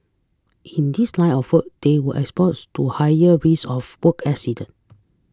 in this line of work they are exposed to higher risk of work accident